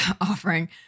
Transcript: offering